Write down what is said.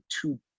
two